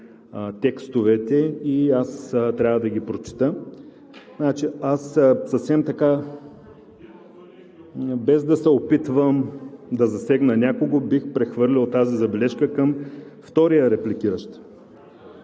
текстовете и аз трябва да ги прочета. Аз съвсем така, без да се опитвам да засегна някого, бих прехвърлил тази забележка към втория репликиращ.